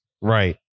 Right